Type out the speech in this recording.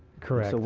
correct.